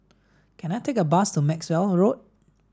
can I take a bus to Maxwell Road